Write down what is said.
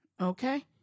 Okay